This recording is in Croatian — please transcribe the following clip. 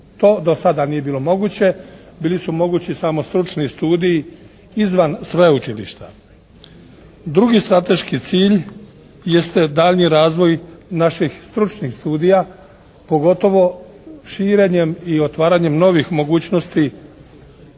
To do sada nije bilo moguće, bili su mogući samo stručni studiji izvan sveučilišta. Drugi strateški cilj jeste daljnji razvoj naših stručnih studija, pogotovo širenjem i otvaranjem novih mogućnosti